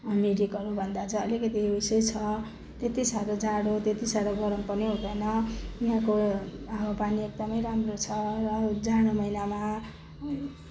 मिरिकहरूभन्दा चाहिँ अलिकति उसै छ त्यति साह्रो जाडो त्यति साह्रो गरम पनि हुँदैन यहाँको हावापानी एकदमै राम्रो छ र जाडो महिनामा